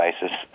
basis